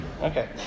okay